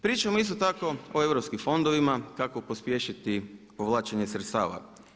Pričamo isto tako o europskim fondovima, kako pospješiti povlačenje sredstava.